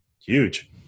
huge